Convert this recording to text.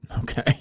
Okay